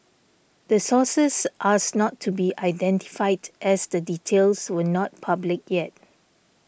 the sources asked not to be identified as the details were not public yet